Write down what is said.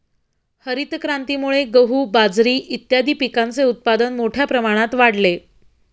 हरितक्रांतीमुळे गहू, बाजरी इत्यादीं पिकांचे उत्पादन मोठ्या प्रमाणात वाढले